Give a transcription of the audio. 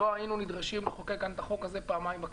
לא היינו נדרשים לחוקק כאן את החוק הזה פעמיים בכנסת.